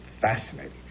fascinating